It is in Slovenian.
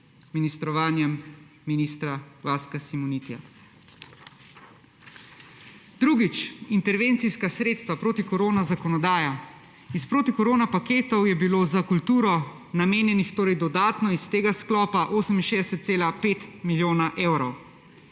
ministrovanjem ministra Vaska Simonitija. Drugič. Intervencijska sredstva, protikorona zakonodaja. Iz protikoronapaketov je bilo za kulturo namenjenih, torej dodatno iz tega sklopa, 68,5 milijona evrov.